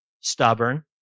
Stubborn